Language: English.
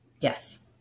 Yes